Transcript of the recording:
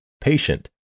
patient